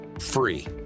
free